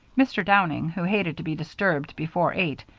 mr. downing, who hated to be disturbed before eight,